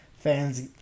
fans